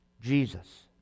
Jesus